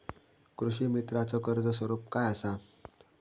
कृषीमित्राच कर्ज स्वरूप काय असा?